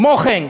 כמו כן,